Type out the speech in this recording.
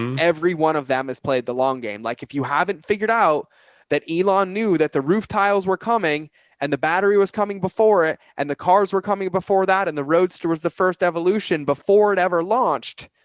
every one of them has played the long game. like if you haven't figured out that elan knew that the roof tiles were coming and the battery was coming before it, and the cars were coming before that. and the roadster was the first evolution before it ever launched.